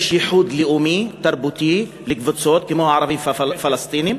יש ייחוד לאומי-תרבותי לקבוצות כמו ערבים-פלסטינים,